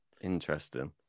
Interesting